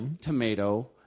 tomato